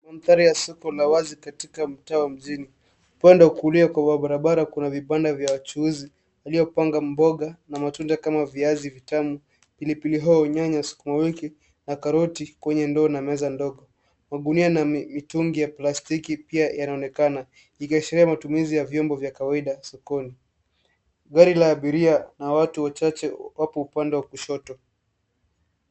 Mandhari ya soko la wazi katika mtaa wa mjini. Upande wa kulia kwa barabara kuna vipande vya wachuuzi, waliopanga mboga na matunda kama viazi vitamu, pilipli hoho, nyanya, sukuma wiki na karoti kwenye ndoo na meza ndogo. Magunia na mitungi ya plastiki pia yananonekana, ikiashiria matumizi ya vyombo vya kawaida sokoni. Gari la abiria na watu wachahe wako upande wa kushoto.